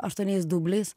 aštuoniais dubliais